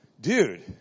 dude